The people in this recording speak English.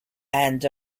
and